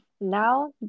Now